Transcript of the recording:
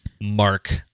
Mark